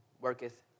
worketh